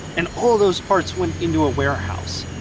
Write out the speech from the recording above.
and all those parts went into a warehouse.